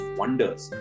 wonders